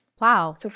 Wow